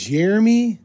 Jeremy